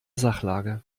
sachlage